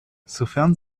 sofern